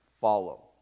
follow